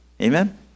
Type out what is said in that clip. Amen